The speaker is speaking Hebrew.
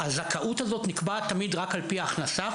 הזכאות הזו נקבעת תמיד רק על פי הכנסה,